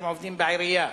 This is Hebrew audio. אתם עובדים בעירייה.